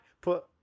put